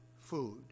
food